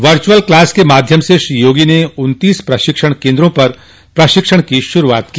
वचुवल class के माध्यम से श्री योगी ने उन्तीस प्रशिक्षण केन्द्रों पर प्रशिक्षण की शुरूआत की